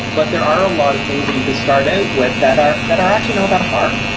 but there are a lot of things that you can start out with that are that are actually not that hard.